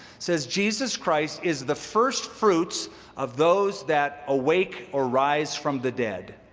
says jesus christ is the firstfruits of those that awake or rise from the dead,